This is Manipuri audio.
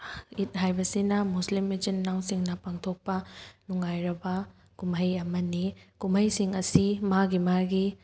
ꯏꯠ ꯍꯥꯏꯕꯁꯤꯅ ꯃꯨꯁꯂꯤꯝ ꯏꯆꯤꯟ ꯏꯅꯥꯎꯁꯤꯡꯅ ꯄꯥꯡꯊꯣꯛꯄ ꯅꯨꯡꯉꯥꯏꯔꯕ ꯀꯨꯝꯍꯩ ꯑꯃꯅꯤ ꯀꯨꯝꯍꯩꯁꯤꯡ ꯑꯁꯤ ꯃꯥꯒꯤ ꯃꯥꯒꯤ